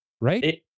right